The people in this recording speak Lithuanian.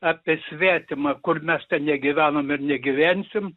apie svetimą kur mes ten negyvenam ir negyvensim